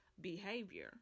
behavior